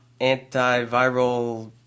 antiviral